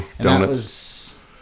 Donuts